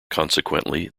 consequently